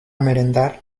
merendar